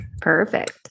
Perfect